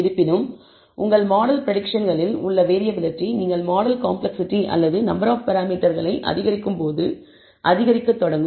இருப்பினும் உங்கள் மாடல் பிரடிக்சன்களில் உள்ள வேறியபிலிட்டி நீங்கள் மாடல் காம்ப்ளக்ஸிட்டி அல்லது நம்பர் ஆப் பராமீட்டர்களை அதிகரிக்கும்போது அதிகரிக்கத் தொடங்கும்